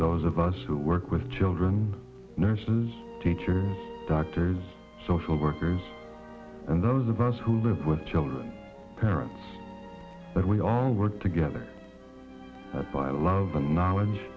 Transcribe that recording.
those of us who work with children nurses teachers doctors social workers and those of us who live with children parents that we all work together by love and knowledge